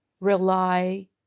rely